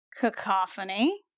cacophony